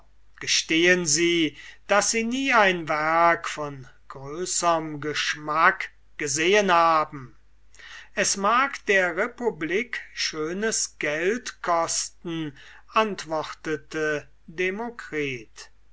gestehen sie daß sie nie ein werk von größerm geschmack gesehen haben es mag die republik schönes geld gekostet haben antwortete demokritus